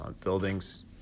buildings